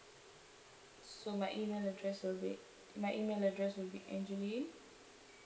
so my email address will be my email address will be A N G E L I N E